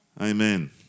Amen